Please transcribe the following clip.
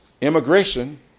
immigration